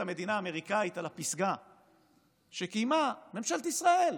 המדינה האמריקאית על הפסגה שקיימה ממשלת ישראל.